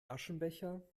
aschenbecher